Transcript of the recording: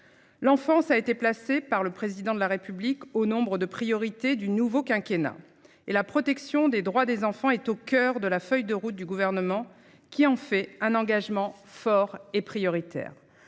L'enfance a été placé par le président de la République au nombre de priorités du nouveau quinquennat et la protection des droits des enfants est au coeur de la feuille de route du gouvernement qui en fait un engagement fort est prioritaire